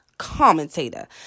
commentator